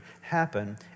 happen